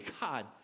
God